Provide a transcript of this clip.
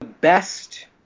best